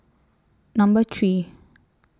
Number three